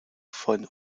von